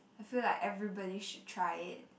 I feel like everybody should try it